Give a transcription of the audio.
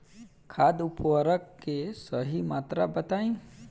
खाद उर्वरक के सही मात्रा बताई?